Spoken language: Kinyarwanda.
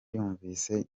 yumvise